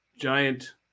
giant